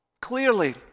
clearly